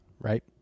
Right